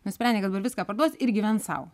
nusprendė kad dabar viską parduos ir gyvens sau